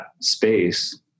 space